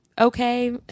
okay